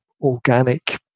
organic